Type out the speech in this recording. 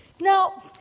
Now